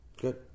Good